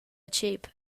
chip